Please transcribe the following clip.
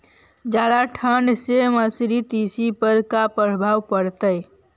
जादा ठंडा से मसुरी, तिसी पर का परभाव पड़तै?